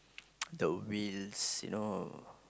the wheels you know